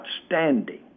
outstanding